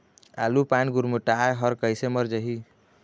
आलू पान गुरमुटाए हर कइसे मर जाही?